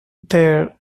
there